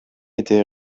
été